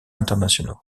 internationaux